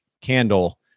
candle